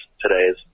today's